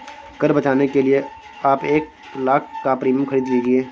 कर बचाने के लिए आप एक लाख़ का प्रीमियम खरीद लीजिए